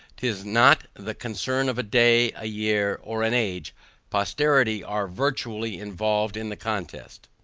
tis not the concern of a day, a year, or an age posterity are virtually involved in the contest,